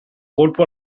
colpo